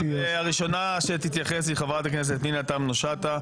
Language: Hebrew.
הראשונה שתתייחס היא חברת הכנסת פנינה תמנו שטה.